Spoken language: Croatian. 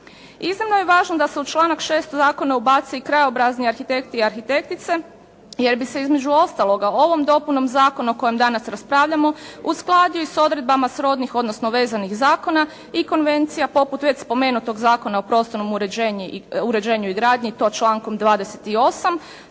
Iznimno je važno da se u članak 6. zakona ubaci i krajobrazni arhitekti i arhitektice jer bi se između ostaloga ovom dopunom zakona o kojoj danas raspravljamo usklađuju s odredbama srodnih odnosno vezanih zakona i konvencija poput već spomenutog Zakona o prostornom uređenju i gradnji i to člankom 28.,